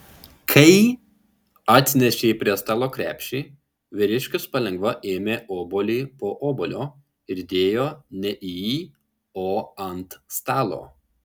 kai atnešei prie stalo krepšį vyriškis palengva ėmė obuolį po obuolio ir dėjo ne į jį o ant stalo